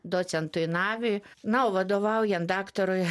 docentui naviui na o vadovaujant daktarui